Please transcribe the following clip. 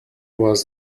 was